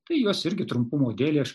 tai juos irgi trumpumo dėlei aš